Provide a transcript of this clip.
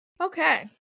Okay